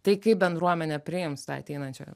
tai kaip bendruomenė priims tą ateinančią